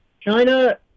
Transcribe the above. China